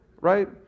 Right